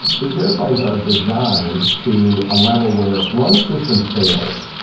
these airplanes are designed to a level where if one system fails,